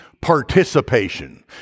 participation